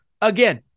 Again